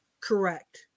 Correct